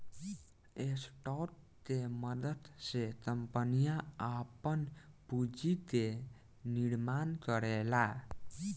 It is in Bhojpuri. स्टॉक के मदद से कंपनियां आपन पूंजी के निर्माण करेला